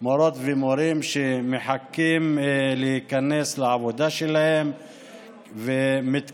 מורות ומורים שמחכים להיכנס לעבודה שלהם ומתקשים.